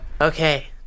Okay